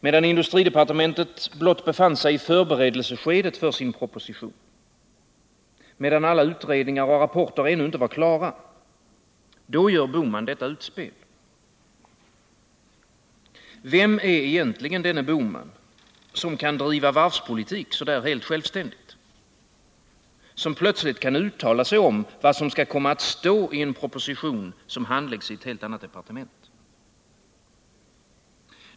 Medan industridepartementet blott befann sig i förberedelseskedet för sin proposition, medan alla utredningar och rapporter ännu inte var klara — då gör herr Bohman detta utspel. Vem är egentligen denne Bohman, som kan driva varvspolitik så där helt självständigt, som plötsligt kan uttala sig om vad som skall komma att stå i en proposition som handläggs i ett helt annat departement?